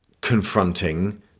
confronting